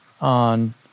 on